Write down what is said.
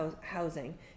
housing